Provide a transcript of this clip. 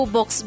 Box